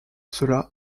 cela